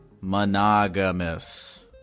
monogamous